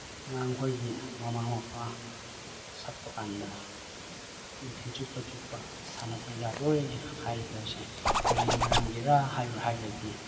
ꯑꯉꯥꯡꯈꯣꯏꯒꯤ ꯃꯃꯥ ꯃꯄꯥ ꯁꯛꯄ ꯀꯥꯟꯗ ꯅꯨꯡꯊꯤꯟ ꯆꯨꯞꯄ ꯆꯨꯛꯇ ꯁꯥꯟꯅꯕ ꯌꯥꯔꯣꯏ ꯍꯥꯏꯒꯗꯕꯁꯦ ꯀꯔꯤ ꯃꯔꯝꯒꯤꯔ ꯍꯥꯏꯌꯣ ꯍꯥꯏꯔꯗꯤ